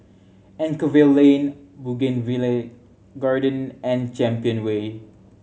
Anchorvale Lane Bougainvillea Garden and Champion Way